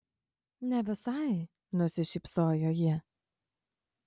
ne visai nusišypsojo ji